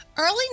Early